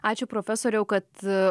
ačiū profesoriau kad